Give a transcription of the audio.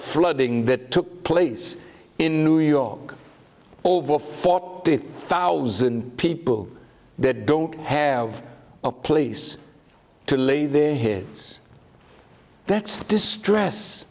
flooding that took place in new york over four thousand people that don't have a place to lay their heads that's the distress